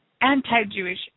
anti-Jewish